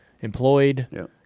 Employed